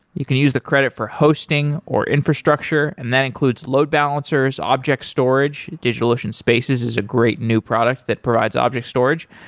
you can use the credit for hosting, or infrastructure, and that includes load balancers, object storage. digitalocean spaces is a great new product that provides object storage,